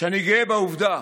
שאני גאה בעובדה